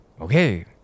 Okay